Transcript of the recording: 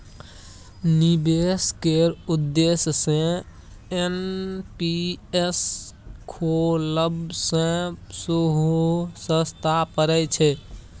निबेश केर उद्देश्य सँ एन.पी.एस खोलब सँ सेहो सस्ता परय छै